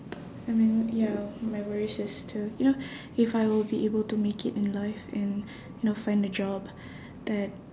I mean ya my worries is to you know if I will be able to make it in life and you know find a job that